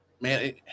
man